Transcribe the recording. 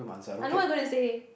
I know what you gonna say